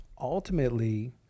ultimately